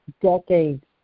decades